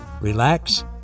relax